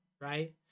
right